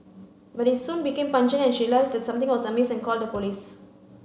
but it soon became pungent and she realised that something was amiss and called the police